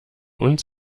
uns